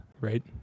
right